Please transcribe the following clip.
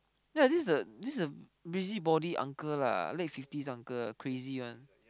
yea this is the this is a busybody uncle lah late fifties uncle crazy [one]